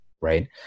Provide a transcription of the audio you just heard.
Right